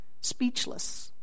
speechless